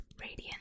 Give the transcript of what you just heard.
Radiant